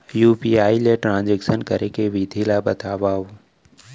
UPI ले transaction करे के विधि ला बतावव?